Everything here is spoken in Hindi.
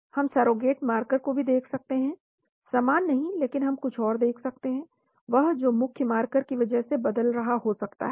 हम सरोगेट मार्कर को भी देख सकते हैं समान नहीं लेकिन हम कुछ और देख सकते हैं वह जो मुख्य मार्कर की वजह से बदल रहा हो सकता है